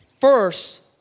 First